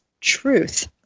truth